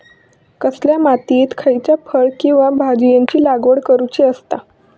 कसल्या मातीयेत खयच्या फळ किंवा भाजीयेंची लागवड करुची असता?